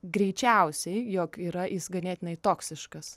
greičiausiai jog yra jis ganėtinai toksiškas